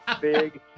big